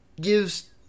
gives